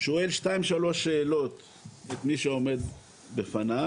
שואל שתיים שלוש שאלות את מי שעומד לפניו,